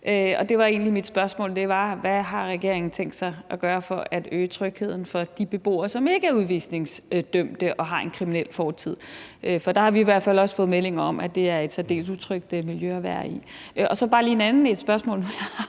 ikke for beboerne. Og mit spørgsmål var egentlig: Hvad har regeringen tænkt sig at gøre for at øge trygheden for de beboere, som ikke er udvisningsdømte og har en kriminel fortid? For der har vi i hvert fald også fået meldinger om, at det er et særdeles utrygt miljø at være i. Så har jeg bare lige et andet spørgsmål, når